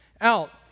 out